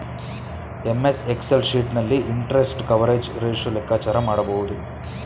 MS Excel sheet ನಲ್ಲಿ interest coverage ratio ಲೆಕ್ಕಾಚಾರ ಮಾಡಬಹುದು